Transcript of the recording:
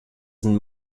sind